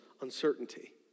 uncertainty